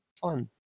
fun